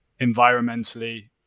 environmentally